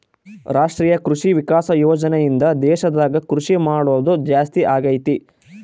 ರಾಷ್ಟ್ರೀಯ ಕೃಷಿ ವಿಕಾಸ ಯೋಜನೆ ಇಂದ ದೇಶದಾಗ ಕೃಷಿ ಮಾಡೋದು ಜಾಸ್ತಿ ಅಗೈತಿ